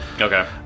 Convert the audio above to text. Okay